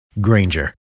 Granger